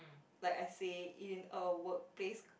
like I say in a workplace